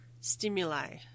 stimuli